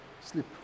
sleep